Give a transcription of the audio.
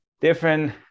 different